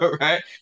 Right